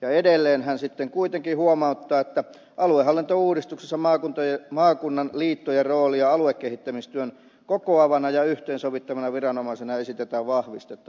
edelleen hän sitten kuitenkin huomauttaa että aluehallintouudistuksessa maakunnan liittojen roolia aluekehittämistyön kokoavana ja yhteensovittavana viranomaisena esitetään vahvistettavaksi